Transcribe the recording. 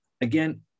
Again